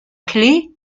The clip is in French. clef